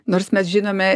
nors mes žinome